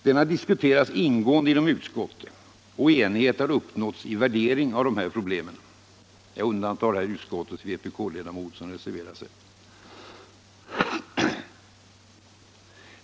Den har diskuterats ingående inom utskottet, och enighet har uppnåtts i värderingen av dessa problem — jag undantar här utskottets vpk-ledamot som reserverat sig.